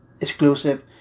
exclusive